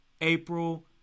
April